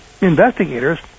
investigators